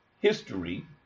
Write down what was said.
history